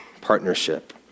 partnership